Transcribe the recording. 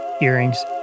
earrings